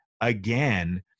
again